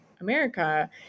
America